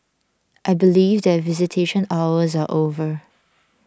I believe that visitation hours are over